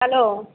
hello